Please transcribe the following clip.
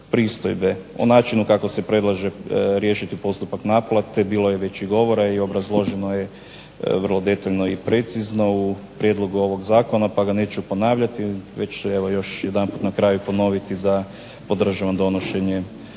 pristojbe. O načinu kako se predlaže riješiti postupak naplate bilo je već i govora i obrazloženo je vrlo detaljno i precizno u prijedlogu ovog zakona, pa ga neću ponavljati, već ću evo još jedanput na kraju ponoviti da podržavam donošenje